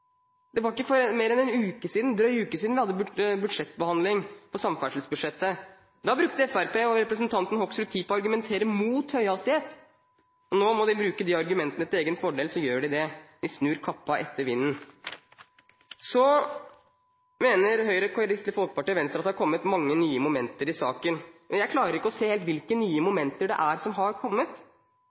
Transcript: Det er ikke mer enn en drøy uke siden vi behandlet samferdselsbudsjettet. Da brukte Fremskrittspartiet og representanten Hoksrud tid på å argumentere imot høyhastighet. Når de må bruke de argumentene til egen fordel, så gjør de det – de snur kappen etter vinden. Så mener Høyre, Kristelig Folkeparti og Venstre at det har kommet mange nye momenter i saken. Jeg klarer ikke helt å se hvilke nye momenter det er som har kommet.